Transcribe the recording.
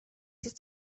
ist